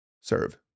serve